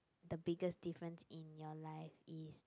the biggest difference in your life is